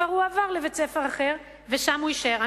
כבר הועבר לבית-ספר אחר, ושם הוא יישאר.